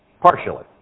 partially